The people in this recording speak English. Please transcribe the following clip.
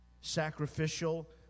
Sacrificial